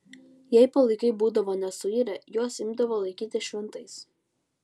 jei palaikai būdavo nesuirę juos imdavo laikyti šventais